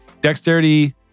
dexterity